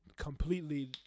completely